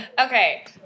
Okay